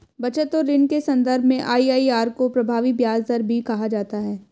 बचत और ऋण के सन्दर्भ में आई.आई.आर को प्रभावी ब्याज दर भी कहा जाता है